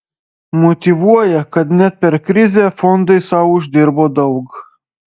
motyvuoja kad net per krizę fondai sau uždirbo daug